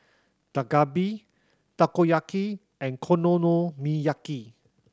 Dak Galbi Takoyaki and Konomiyaki